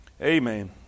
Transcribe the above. Amen